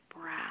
breath